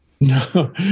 No